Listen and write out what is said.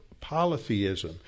polytheism